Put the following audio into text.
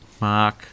Mark